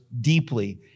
deeply